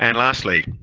and lastly,